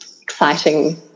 exciting